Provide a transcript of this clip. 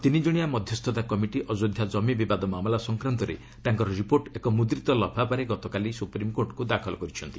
ଏକ ତିନିଜଣିଆ ମଧ୍ୟସ୍ଥତା କମିଟି ଅଯୋଧ୍ୟା ଜମି ବିବାଦ ମାମଲା ସଂକ୍ରାନ୍ତରେ ତାଙ୍କର ରିପୋର୍ଟ ଏକ ମୁଦ୍ରିତ ଲଫାପାରେ ଗତକାଲି ସୁପ୍ରିମ୍କୋର୍ଟଙ୍କୁ ଦାଖଲ କରିଛନ୍ତି